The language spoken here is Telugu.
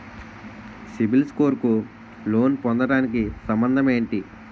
సిబిల్ స్కోర్ కు లోన్ పొందటానికి సంబంధం ఏంటి?